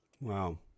Wow